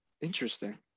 Interesting